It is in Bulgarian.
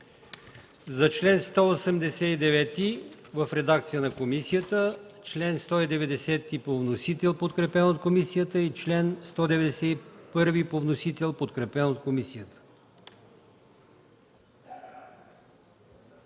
чл. 189 в редакцията на комисията, чл. 190 по вносител, подкрепен от комисията, и чл. 191 по вносител, подкрепен от комисията.